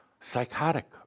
psychotic